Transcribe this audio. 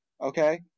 Okay